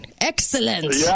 Excellent